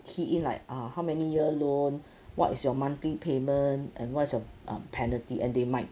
key in like ah how many year loan what is your monthly payment and what's your uh penalty and they might